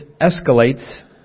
escalates